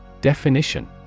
Definition